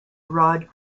rod